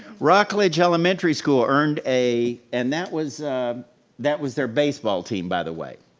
rockledge elementary school earned a, and that was that was their baseball team by the way.